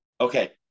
Okay